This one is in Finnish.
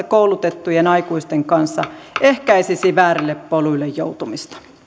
koulutettujen aikuisten kanssa ehkäisisi väärille poluille joutumista